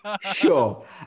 Sure